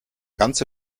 ganze